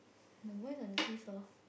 the boys on the seesaw